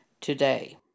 today